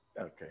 okay